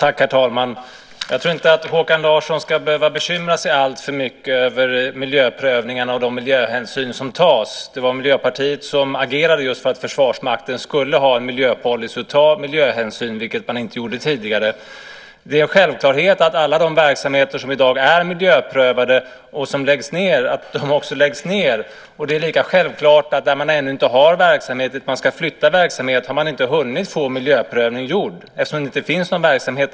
Herr talman! Håkan Larsson behöver nog inte bekymra sig över miljöprövningarna och de miljöhänsyn som tas. Det var Miljöpartiet som agerade för att Försvarsmakten skulle ha en miljöpolicy och ta miljöhänsyn, vilket man inte gjorde tidigare. Det är självklart att alla de verksamheter som i dag är miljöprövade och som läggs ned också läggs ned. Det är lika självklart att där man ännu inte har verksamhet och dit man ska flytta verksamhet har man inte hunnit få någon miljöprövning gjord eftersom det inte finns någon verksamhet.